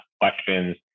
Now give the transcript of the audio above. questions